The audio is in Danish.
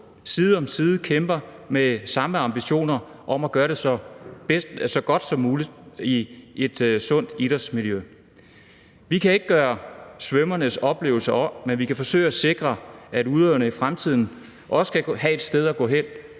side om side kæmper med samme ambitioner om at gøre det så godt som muligt i et sundt idrætsmiljø. Vi kan ikke gøre svømmernes oplevelser om, men vi kan forsøge at sikre, at udøverne i fremtiden også skal have et sted at gå hen